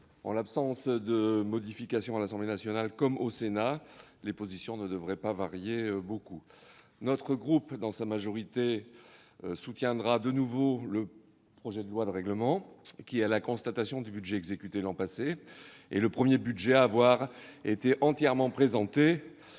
En l'absence de modifications à l'Assemblée nationale comme au Sénat, les positions ne devraient pas varier beaucoup. Notre groupe, dans sa majorité, soutiendra de nouveau ce texte, qui est la constatation du budget exécuté l'an dernier, le premier budget à avoir été entièrement présenté,